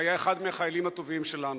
והיה אחד מהחיילים הטובים שלנו.